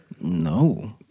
No